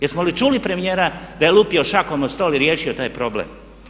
Jesmo li čuli premijera da je lupio šakom o stol i riješio taj problem?